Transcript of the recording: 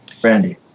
Brandy